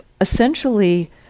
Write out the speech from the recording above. essentially